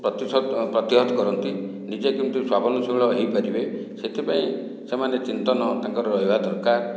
ପ୍ରତିଶତ ପ୍ରତିହତ କରନ୍ତି ନିଜେ କେମତି ସ୍ୱାବଲମ୍ବନଶୀଳ ହେଇପାରିବେ ସେଥିପାଇଁ ସେମାନେ ଚିନ୍ତନ ତାଙ୍କର ରହିବା ଦରକାର